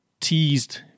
teased